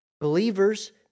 Believers